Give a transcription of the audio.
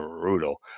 brutal